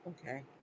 Okay